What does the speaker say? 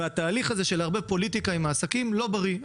התהליך הזה של הרבה פוליטיקה עם העסקים זה לא בריא.